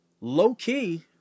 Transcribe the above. low-key